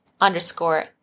underscore